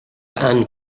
anne